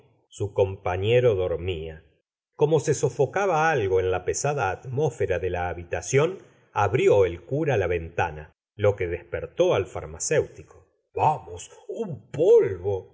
su compañero dormía como se sofocaba algo en la pesada atmósfera de la habitación abrió el cura la ventana lo que de's pertó al farmacéutico vamos un polvo